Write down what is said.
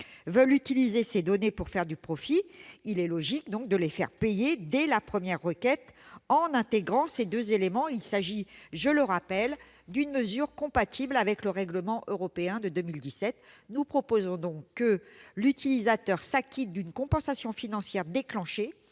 -veulent utiliser ces données pour faire du profit, il est logique de les faire payer dès la première requête en intégrant ces deux éléments. Il s'agit, je le rappelle, d'une mesure compatible avec le règlement européen de 2017. Nous proposons donc que l'utilisateur s'acquitte d'une compensation financière déclenchée